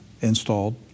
installed